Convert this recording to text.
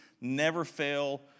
never-fail